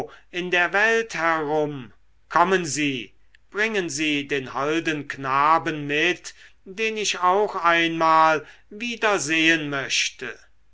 in der welt herum kommen sie bringen sie den holden knaben mit den ich auch einmal wieder sehen möchte